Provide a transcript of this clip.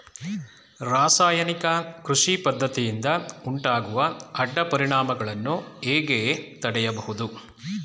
ರಾಸಾಯನಿಕ ಕೃಷಿ ಪದ್ದತಿಯಿಂದ ಉಂಟಾಗುವ ಅಡ್ಡ ಪರಿಣಾಮಗಳನ್ನು ಹೇಗೆ ತಡೆಯಬಹುದು?